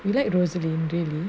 you like rosaline really